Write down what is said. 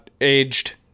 Aged